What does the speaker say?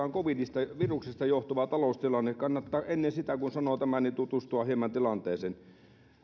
on covidista viruksesta johtuva taloustilanne kannattaa ennen sitä kun sanoo tämän tutustua hieman tilanteeseen